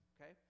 okay